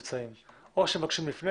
מה הקשר בין